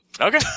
okay